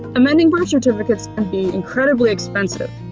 amending birth certificates can be incredibly expensive,